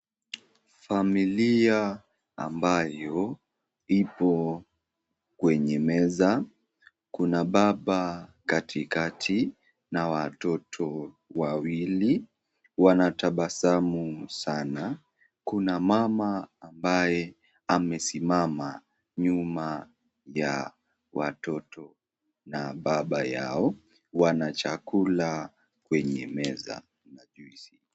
Familia ambayo ipo kwenye meza. Kuna baba katikati na watoto wawili. Wanatabasamu sana. Kuna mama ambaye amesimama nyuma ya watoto na baba yao. Wana chakula kwenye meza na jwisi,